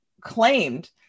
claimed